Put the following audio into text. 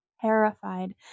terrified